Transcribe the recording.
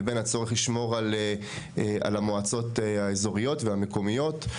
לבין הצורך לשמור על המועצות האזוריות והמקומיות.